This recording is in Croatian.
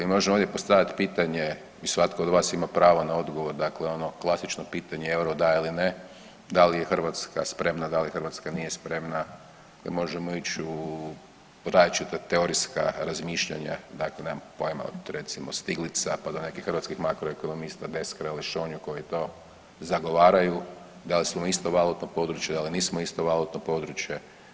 Mi možemo ovdje postavljati pitanje i svatko od vas ima pravo na odgovor, dakle ono klasično pitanje, euro da ili ne, da li je Hrvatska spremna, da li Hrvatska nije spremna jer možemo ići u različite teorijska razmišljanja, dakle, nemam pojma, recimo od Stiglica pa do nekih hrvatskih makroekonomista, Deskar ili Šonje koji to zagovaraju, da li smo isto valutno područje ili nismo isto valutno područje.